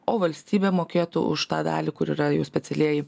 o valstybė mokėtų už tą dalį kur yra jau specialieji